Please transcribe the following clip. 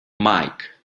mike